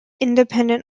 independent